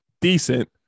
decent